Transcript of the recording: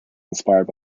inspired